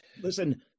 Listen